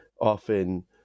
often